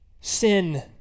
Sin